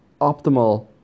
optimal